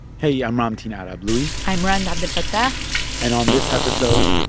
hey, yeah i'm ramtin ah arablouei i'm rund abdelfatah and on this episode,